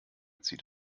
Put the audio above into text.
zieht